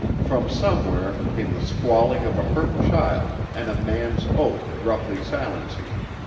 from somewhere came the squalling of a hurt child and a man's oath roughly silencing it,